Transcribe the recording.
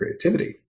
creativity